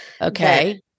Okay